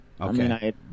Okay